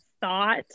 thought